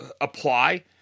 apply